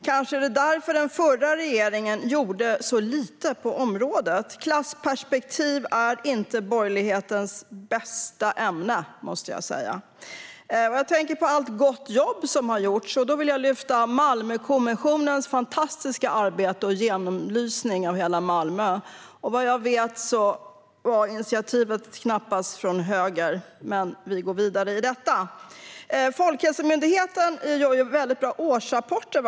Kanske är det därför som den förra regeringen gjorde så lite på området: Klassperspektiv är inte borgerlighetens bästa ämne, måste jag säga. Jag tänker på allt gott jobb som har gjorts. Jag vill lyfta fram Malmökommissionens fantastiska arbete och genomlysning av hela Malmö. Vad jag vet kom initiativet knappast från höger, men vi går vidare i detta. Folkhälsomyndigheten gör ju väldigt bra årsrapporter.